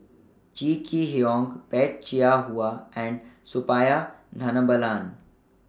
Kee Hiong Peh Chin Hua and Suppiah Dhanabalan